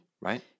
Right